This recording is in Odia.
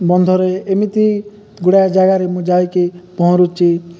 ବନ୍ଧରେ ଏମିତି ଗୁଡ଼ାଏ ଜାଗାରେ ମୁଁ ଯାଇକି ପହଁରୁଛି